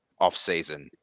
offseason